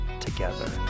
together